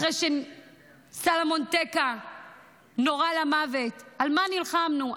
אחרי שסלומון טקה נורה למוות, על מה נלחמנו?